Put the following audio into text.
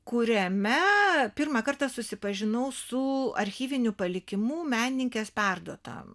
kuriame pirmą kartą susipažinau su archyviniu palikimu menininkės perduotą